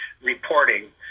reporting